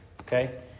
Okay